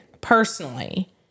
personally